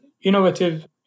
innovative